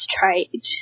trade